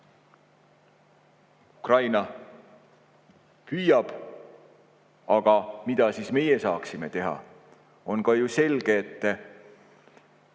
Ukraina püüab, aga mida siis meie saaksime teha? On ju selge, et